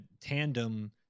tandem